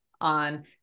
on